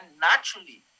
naturally